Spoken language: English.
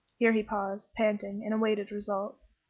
here he paused, panting, and awaited results.